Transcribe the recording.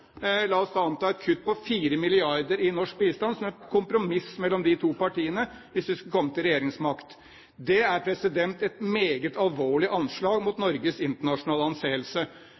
La oss da anta et kutt på 4 mrd. kr i norsk bistand som et kompromiss mellom de to partiene hvis de skulle komme til regjeringsmakt. Det er et meget alvorlig anslag mot Norges internasjonale anseelse.